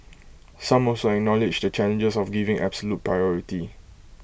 some also acknowledged the challenges of giving absolute priority